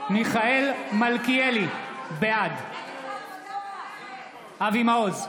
מיכאל מלכיאלי, בעד אבי מעוז,